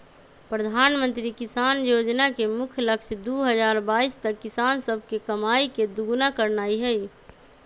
प्रधानमंत्री किसान जोजना के मुख्य लक्ष्य दू हजार बाइस तक किसान सभके कमाइ के दुगुन्ना करनाइ हइ